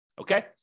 Okay